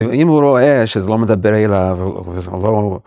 ‫אם הוא רואה שזה לא מדבר ‫אליו וזה לא...